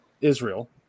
Israel